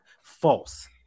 false